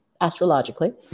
astrologically